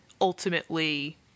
ultimately